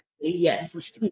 Yes